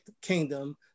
kingdom